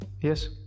yes